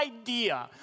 idea